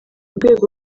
rwego